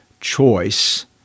choice